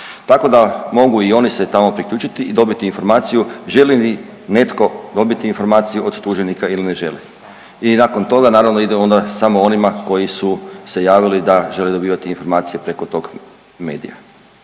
Tako da mogu i oni se tamo priključiti i dobiti informaciju želi li netko dobiti informaciju od tuženika ili ne želi i nakon toga naravno ide onda samo onima koji su se javili da žele dobivati informacije preko tog medija.